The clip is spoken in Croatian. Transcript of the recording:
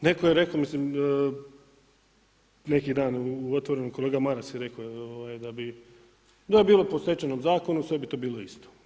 Netko je rekao, mislim neki dan u otvorenom, kolega Maras je rekao da bi, da je bilo po Stečajnom zakonu, sve bi to bilo isto.